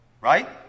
right